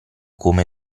come